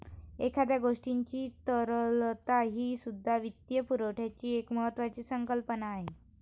एखाद्या गोष्टीची तरलता हीसुद्धा वित्तपुरवठ्याची एक महत्त्वाची संकल्पना आहे